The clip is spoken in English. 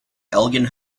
elgin